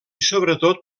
sobretot